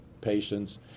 patients